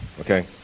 okay